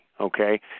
okay